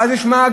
ואז יש מעגל: